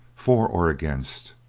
for or against.